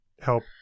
help